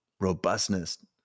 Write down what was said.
robustness